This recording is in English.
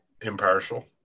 impartial